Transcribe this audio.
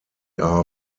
are